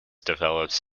develops